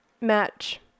match